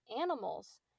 animals